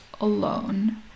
alone